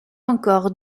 encore